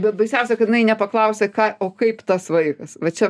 bet baisiausia kad jinai nepaklausia ką o kaip tas vaikas va čia